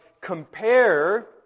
compare